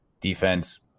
Defense